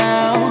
Now